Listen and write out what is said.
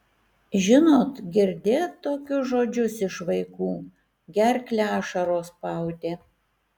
žinot girdėt tokius žodžius iš vaikų gerklę ašaros spaudė